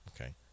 Okay